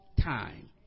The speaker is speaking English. time